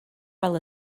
fel